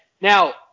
Now